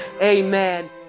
amen